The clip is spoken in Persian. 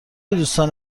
دوستان